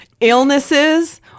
illnesses